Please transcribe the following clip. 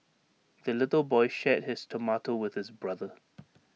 the little boy shared his tomato with his brother